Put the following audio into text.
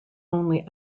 only